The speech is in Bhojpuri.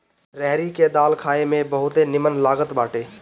रहरी के दाल खाए में बहुते निमन लागत बाटे